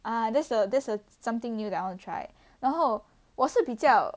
uh that's a that's a something new that I want to try 然后我是比较